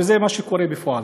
וזה מה שקורה בפועל.